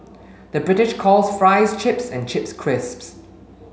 the British calls fries chips and chips crisps